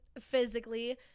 physically